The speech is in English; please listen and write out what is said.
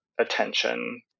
attention